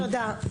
תודה.